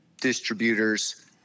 distributors